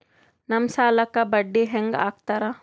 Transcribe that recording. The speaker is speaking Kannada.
ನಮ್ ಸಾಲಕ್ ಬಡ್ಡಿ ಹ್ಯಾಂಗ ಹಾಕ್ತಾರ?